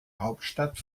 hauptstadt